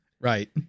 Right